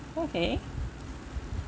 okay